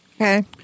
Okay